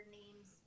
names